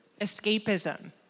Escapism